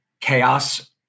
chaos